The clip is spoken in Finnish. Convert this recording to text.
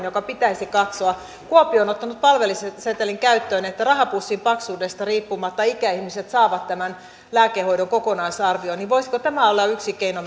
joka pitäisi katsoa kuopio on ottanut palvelusetelin käyttöön niin että rahapussin paksuudesta riippumatta ikäihmiset saavat tämän lääkehoidon kokonaisarvion voisiko tämä olla yksi keino